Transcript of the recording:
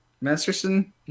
Masterson